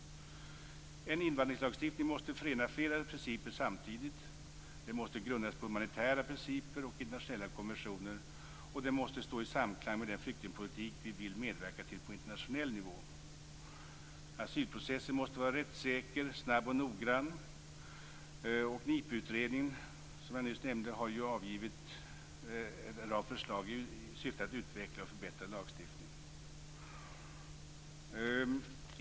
En invandringslagstiftning måste förena flera principer samtidigt. Den måste grundas på humanitära principer och internationella konventioner, och den måste stå i samklang med den flyktingpolitik vi vill medverka till på internationell nivå. Asylprocessen måste vara rättssäker, snabb och noggrann. NIPU-utredningen, som jag nyss nämnde, har lagt förslag i syfte att utveckla och förbättra lagstiftningen.